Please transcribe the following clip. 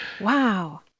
Wow